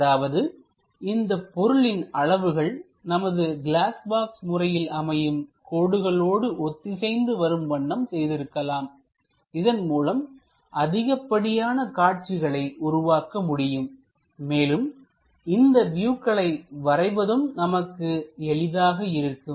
அதாவது இந்தப் பொருளின் அளவுகள் நமது கிளாஸ் பாக்ஸ் முறையில் அமையும் கோடுகளோடு ஒத்திசைந்து வரும் வண்ணம் செய்திருக்கலாம் இதன் மூலம் அதிகப்படியான காட்சிகளை உருவாக்க முடியும் மேலும் இந்த வியூக்களை வரைவதும் நமக்கு எளிதாக இருக்கும்